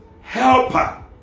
Helper